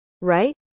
Right